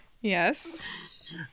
yes